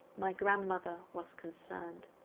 my grandmother was concerned.